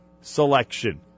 selection